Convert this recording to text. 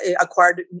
acquired